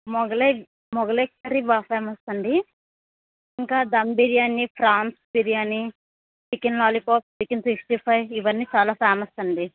Mughlai Mughlai curry బాగా famous అండి ఇంకా దమ్ బిర్యానీ ఫ్రాన్స్ర్ biryani chicken lollipop chicken sixty five ఇవన్నీ చాలా ఫేమస్ అండి